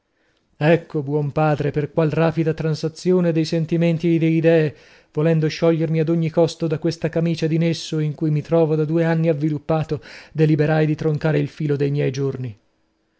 ecco buon padre per qual rapida transazione di sentimenti e di idee volendo sciogliermi ad ogni costo da questa camicia di nesso in cui mi trovo da due anni avviluppato deliberai di troncar il filo dei miei giorni